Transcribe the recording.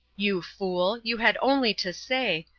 you fool! you had only to say,